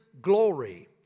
glory